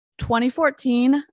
2014